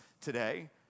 today